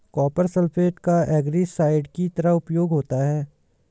copper sulphate का algicide की तरह उपयोग होता है